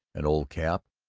an old cap,